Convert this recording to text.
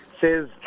says